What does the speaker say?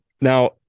Now